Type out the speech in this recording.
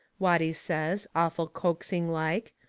watty says, awful coaxing like,